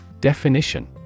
Definition